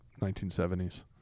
1970s